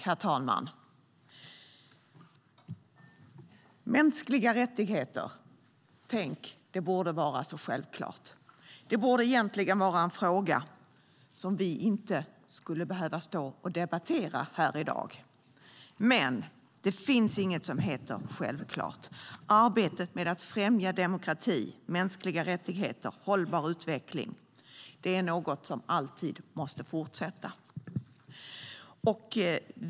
Herr talman! Mänskliga rättigheter borde vara så självklara. Det borde egentligen vara en fråga som vi inte skulle behöva stå och debattera här i dag. Men det finns inget som heter självklart. Arbetet med att främja demokrati, mänskliga rättigheter och hållbar utveckling är något som alltid måste fortsätta.